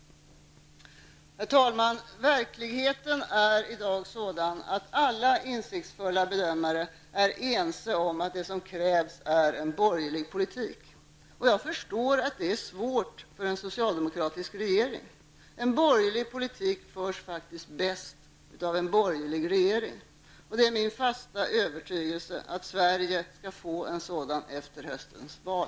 Herr talman! Verkligheten är i dag sådan att alla insiktsfulla bedömare är ense om att det som krävs är en borgerlig politik. Jag förstår att det är svårt för en socialdemokratisk regering. En borgerlig politik förs faktiskt bäst av en borgerlig regering. Det är min fasta övertygelse att Sverige skall få en sådan efter höstens val.